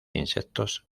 insectos